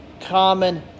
common